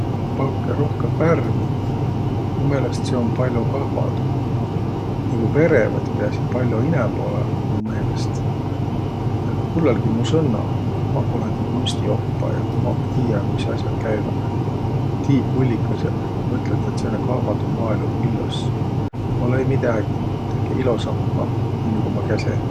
Pankõq rohkõmb värmi! Mu meelest seo um pall'o kahvadu. Nigu verevät piäsiq pall'o inämb olõma mu meelest. Ja kullõlgõq mu sõnna! Maq olõ ti kunstioppaja, maq tiiä, kuis as'aq käüväq. Tiiq, ullikõsõq, mõtlõt, et sääne kahvadu maal um illos. Olõ-õi midägi, tekeq ilosampa, nii nigu ma käse!